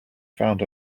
found